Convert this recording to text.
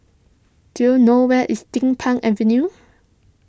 do you know where is Din Pang Avenue